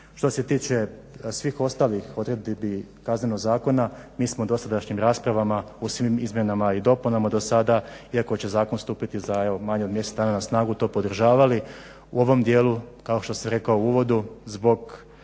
Što se tiče svih ostalih odredbi Kaznenog zakona, mi smo dosadašnjim raspravama u svim izmjenama i dopunama do sada iako će zakon stupiti za manje od mjesec dana na snagu, to podržavali. U ovom dijelu kao što sam rekao u uvodu zbog